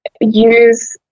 use